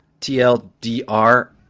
TLDR